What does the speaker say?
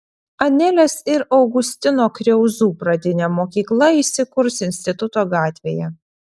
anelės ir augustino kriauzų pradinė mokykla įsikurs instituto gatvėje